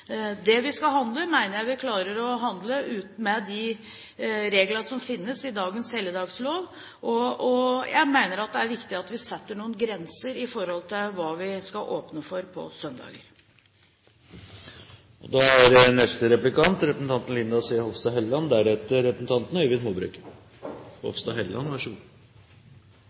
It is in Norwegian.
Det vi skal handle, mener jeg vi klarer å handle med de reglene som finnes i dagens helligdagsfredlov, og jeg mener at det er viktig at vi setter noen grenser for hva vi skal åpne for på søndager. Jeg hører statsråden si fra talerstolen at hun registrerer at opposisjonen ikke er helt enig med seg selv. Da må jeg si at jeg sitter og